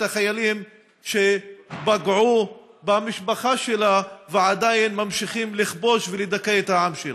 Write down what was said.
החיילים שפגעו במשפחה שלה ועדיין ממשיכים לכבוש ולדכא את העם שלה.